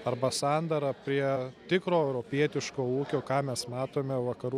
arba sandarą prie tikro europietiško ūkio ką mes matome vakarų